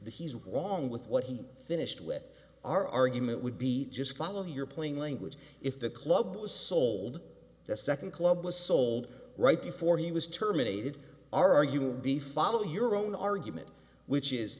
the he's wong with what he finished with our argument would be just follow your plain language if the club was sold the second club was sold right before he was terminated are you will be follow your own argument which is